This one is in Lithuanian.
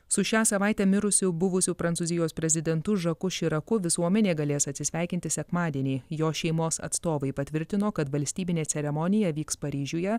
su šią savaitę mirusiu buvusiu prancūzijos prezidentu žaku širaku visuomenė galės atsisveikinti sekmadienį jo šeimos atstovai patvirtino kad valstybinė ceremonija vyks paryžiuje